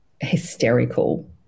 hysterical